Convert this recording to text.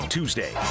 Tuesday